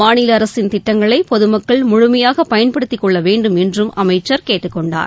மாநில அரசின் திட்டங்களை பொதுமக்கள் முழுமையாக பயன்படுத்திக் கொள்ள வேண்டும் என்றும் அமைச்சர் கேட்டுக் கொண்டார்